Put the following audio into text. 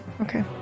okay